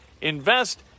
Invest